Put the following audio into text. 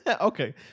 Okay